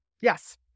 Yes